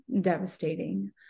devastating